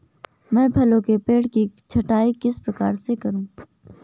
मैं फलों के पेड़ की छटाई किस प्रकार से करूं?